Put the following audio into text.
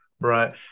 Right